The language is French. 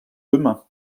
demain